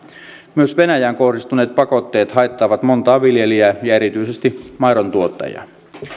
myös venäjään kohdistuneet pakotteet haittaavat montaa viljelijää ja erityisesti maidontuottajia